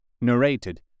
narrated